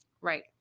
Right